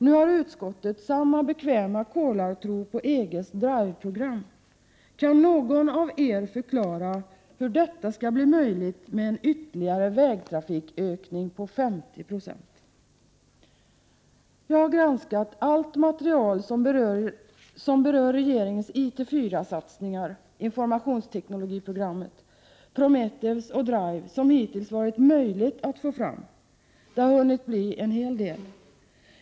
Nu har utskottet samma bekväma kolartro på EG:s DRIVE-program. Kan någon av er förklara hur detta skall bli möjligt med en ytterligare vägtrafikökning på 50 96? Jag har granskat allt material som berör regeringens IT4-satsningar — informationsteknologiprojektet — Prometheus och DRIVE — som hittills varit möjligt att få fram; det har hunnit bli en hel del.